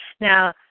Now